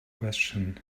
question